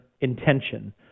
intention